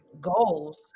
goals